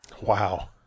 Wow